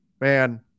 man